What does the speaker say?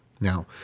Now